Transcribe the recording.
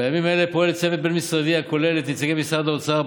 בימים אלה פועל צוות בין-משרדי הכולל את נציגי משרד האוצר,